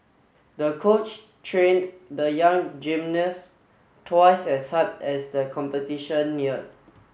the coach trained the young gymnast twice as hard as the competition neared